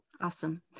Awesome